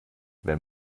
wenn